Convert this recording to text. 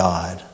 God